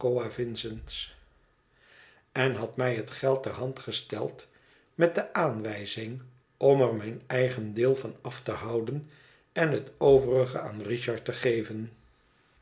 en had mij het geld ter hand gesteld met de aanwijzing om er mijn eigen deel van af te houden en het overige aan richard te geven